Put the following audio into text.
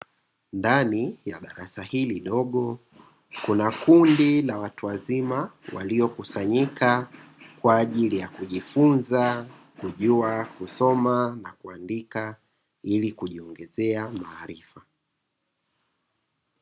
Ndani ya darasa hili dogo kuna kundi la watu wazima waliokusanyika kwa ajili ya kujifunza, kujua kusoma na kuandika; ili kujiongezea maarifa.